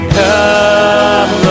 come